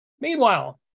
Meanwhile